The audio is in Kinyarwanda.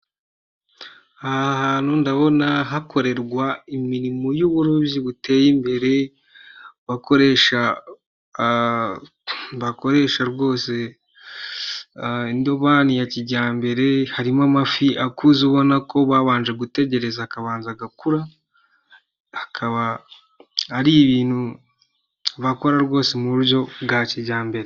Aha hantu ndabona hakorerwa imirimo y'uburobyi buteye imbere, bakoresha rwose indobani ya kijyambere, harimo amafi akuze ubona ko babanje gutegereza akabanza agakura, akaba ari ibintu bakora rwose mu buryo bwa kijyambere.